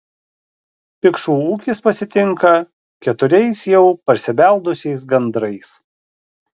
pikšų ūkis pasitinka keturiais jau parsibeldusiais gandrais